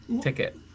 Ticket